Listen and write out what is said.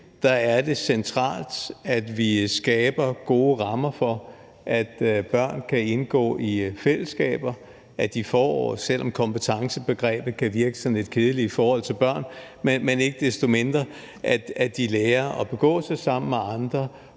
finde, er centralt, at vi skaber gode rammer for, at børn kan indgå i fællesskaber, at de – selv om kompetencebegrebet kan virke sådan lidt kedeligt i forhold til børn – lærer at begå sig sammen med andre,